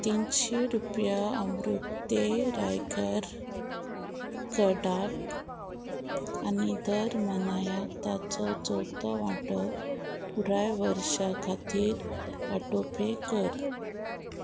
तिनशी रुपया अमृते रायकर कडाट आनी दर म्हयन्याक ताचो चवथो वांटो पुराय वर्सा खातीर ऑटोपे कर